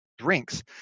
drinks